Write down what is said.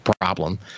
problem